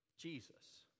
Jesus